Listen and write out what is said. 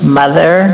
mother